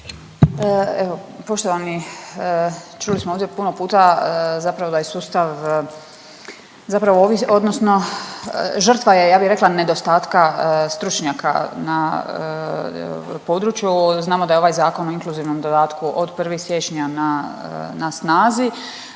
poštovani, čuli smo ovdje puno puta zapravo da je sustav zapravo odnosno žrtva je, ja bih rekla, nedostatka stručnjaka na području. Znamo da je ovaj Zakon o inkluzivnom dodatku od 1. siječnja na snazi.